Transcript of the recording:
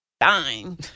dying